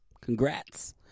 Congrats